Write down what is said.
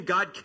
God